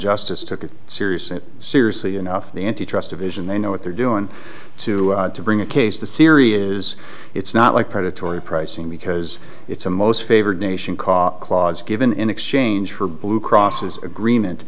justice took it serious it seriously enough the antitrust division they know what they're doing to bring a case the theory is it's not like predatory pricing because it's a most favored nation cause clause given in exchange for blue cross is agreement